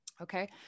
okay